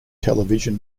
television